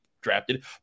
drafted